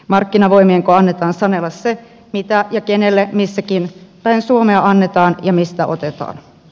markkinavoimienko annetaan sanella se mitä ja kenelle missäkin päin suomea annetaan ja mistä otetaan